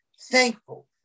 thankful